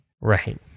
Right